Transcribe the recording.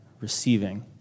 receiving